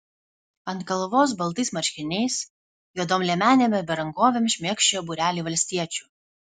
ant kalvos baltais marškiniais juodom liemenėm ir berankovėm šmėkščiojo būreliai valstiečių